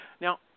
Now